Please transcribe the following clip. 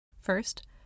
First